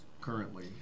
currently